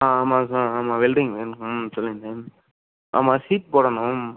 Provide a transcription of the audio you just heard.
ஆ ஆமாம் சார் ஆமாம் welding man ம் சொல்லுங்கள் சார் ஆமாம் ஷீட் போடணும்